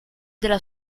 della